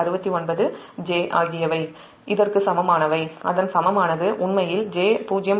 69 j ஆகியவை இதற்கு சமமானவை அதன் சமமானது உண்மையில் j0